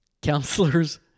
Counselors